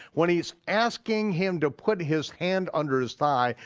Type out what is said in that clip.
when he's asking him to put his hand under his thigh,